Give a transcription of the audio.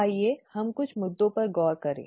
आइए हम कुछ मुद्दों पर गौर करें